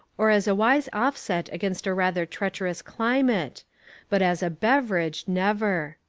or as a wise offset against a rather treacherous climate but as a beverage, never.